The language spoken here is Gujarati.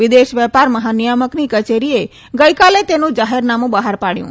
વિદેશ વેપાર મહાનિથામકની કચેરીએ ગઈકાલે તેનું જાહેરનામું બહાર પાડયું